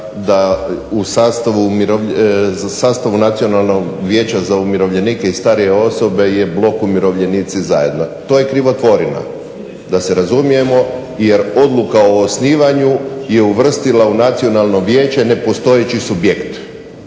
za sastav u nacionalnom vijeća za umirovljenike i starije osobe je blok umirovljenici zajedno. To je krivotvorina, da se razumijemo, jer odluka o osnivanju je uvrstila u nacionalno vijeće nepostojeći subjekt.